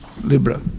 Libra